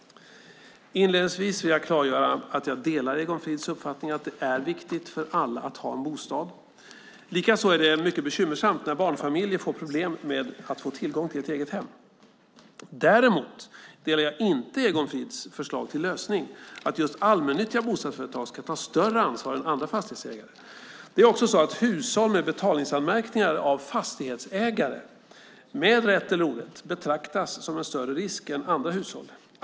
Inledningsvis vill jag klargöra att jag delar Egon Frids uppfattning att det är viktigt för alla att ha en bostad, likaså att det är mycket bekymmersamt när barnfamiljer får problem med att få tillgång till ett eget hem. Däremot delar jag inte Egon Frids förslag till lösning, att just allmännyttiga bostadsföretag ska ta större ansvar än andra fastighetsägare. Det är också så att hushåll med betalningsanmärkningar av fastighetsägare - rätt eller orätt - betraktas som en större risk än andra hushåll.